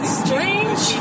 strange